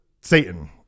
Satan